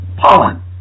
pollen